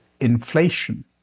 inflation